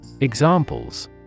Examples